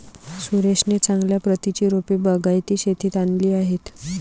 सुरेशने चांगल्या प्रतीची रोपे बागायती शेतीत आणली आहेत